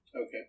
Okay